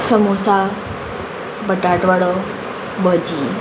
समोसा बटाट वडो भजी